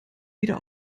wieder